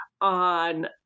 on